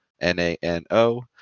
N-A-N-O